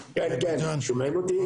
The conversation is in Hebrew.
תושבים,